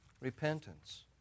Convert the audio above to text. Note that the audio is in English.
repentance